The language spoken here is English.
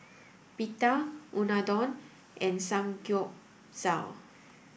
Pita Unadon and Samgyeopsal